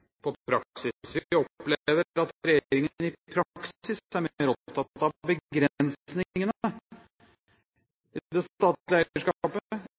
på praksis. Vi opplever at regjeringen i praksis er mer opptatt av begrensningene i det statlige